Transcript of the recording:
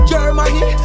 Germany